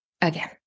again